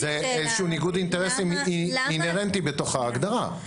זה איזשהו ניגוד אינטרסים אינהרנטי בתוך ההגדרה.